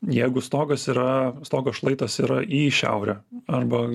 jeigu stogas yra stogo šlaitas yra į šiaurę arba